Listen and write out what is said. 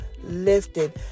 lifted